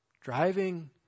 Driving